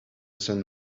sun